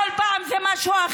בכל פעם אחרת,